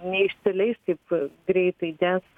neišsileis taip greitai nes